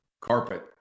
carpet